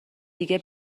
دیگه